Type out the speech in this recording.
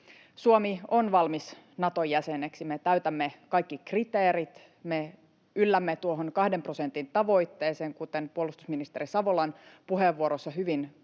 Suomi on valmis Naton jäseneksi. Me täytämme kaikki kriteerit, me yllämme tuohon kahden prosentin tavoitteeseen, kuten puolustusministeri Savolan puheenvuorossa hyvin kuvattiin.